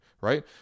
right